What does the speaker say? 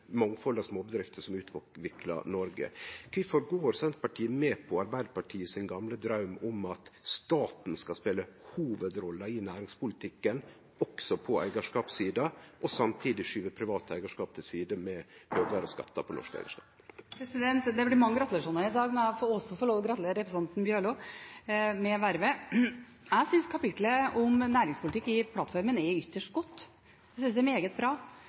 av småbedrifter som utviklar Noreg. Kvifor går Senterpartiet med på Arbeidarpartiets gamle draum om at staten skal spele hovudrolla i næringslivspolitikken også på eigarskapssida, og samtidig skyve privat eigarskap til side med høgare skattar på norsk eigarskap? Det blir mange gratulasjoner i dag, men jeg må også få lov til å gratulere representanten Bjørlo med vervet. Jeg synes kapitlet om næringspolitikk i plattformen er ytterst godt. Jeg synes det er meget bra.